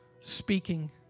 speaking